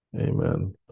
Amen